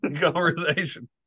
conversation